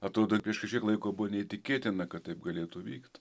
atrodo prieš kažkiek laiko buvo neįtikėtina kad taip galėtų vykt